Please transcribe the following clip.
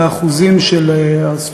לא עובדים בתחום שאותו למדו.